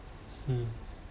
mm